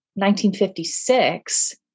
1956